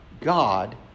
God